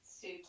suit